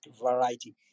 variety